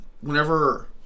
whenever